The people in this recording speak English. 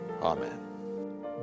Amen